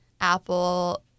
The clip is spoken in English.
apple